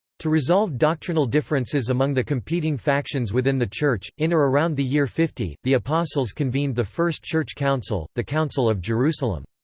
to resolve doctrinal differences among the competing factions within the church, in or around the year fifty, the apostles convened the first church council, the council of jerusalem.